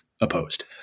opposed